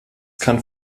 kann